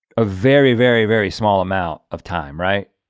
ah very, very very small amount of time, right?